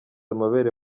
amabere